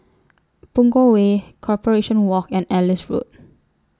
Punggol Way Corporation Walk and Ellis Road